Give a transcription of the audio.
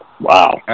Wow